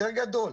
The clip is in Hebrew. יותר גדול,